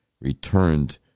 returned